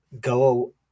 go